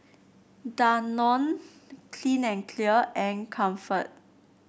Danone Clean and Clear and Comfort